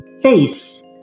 face